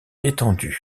étendue